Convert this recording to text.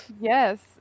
Yes